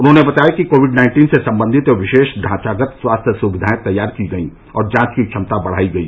उन्होंने बताया कि कोविड नाइन्टीन से संबंधित विशेष ढांचागत स्वास्थ्य सुविधाएं तैयार की गईं और जांच की क्षमता बढ़ाई गई